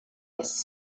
this